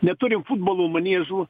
neturim futbolo maniežų